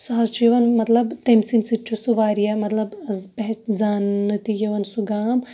سُہ حظ چھُ یِوان مَطلَب تٔمۍ سٕنٛد سۭتۍ چھُ سُہ واریاہ مَطلَب زاننہٕ تہِ یِوان سُہ گام